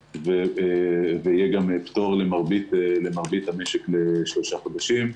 ויהיה גם פטור למרבית המשק לשלושה חודשים,